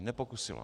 Nepokusila.